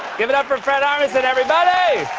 give it up for fred armisen, everybody.